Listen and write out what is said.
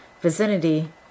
vicinity